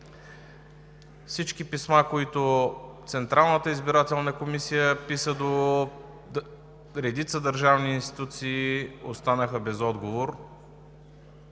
Всички писма, които Централната избирателна комисия писа до редица държавни институции, останаха без отговор